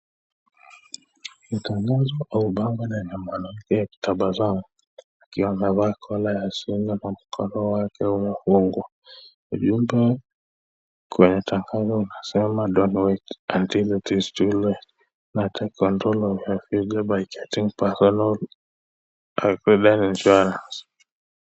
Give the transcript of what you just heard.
Ni tangazo ama bango ya mwanamke akitabasamu akiwa amevaa cola ya simu na mkono wake umefungwa kwenye tangazo onasema don't wait until it is too late control your future by chatting person aquentace insurance.